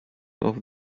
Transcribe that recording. off